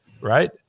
right